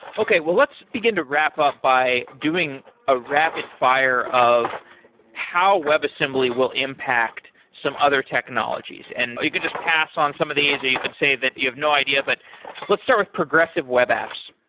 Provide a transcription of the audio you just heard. okay. well, let's begin to wrap up by doing a rapid fire of how webassembly will impact some other technologies. and you can just pass on some of these, or you can say that you have no idea. but let's start with progressive web apps.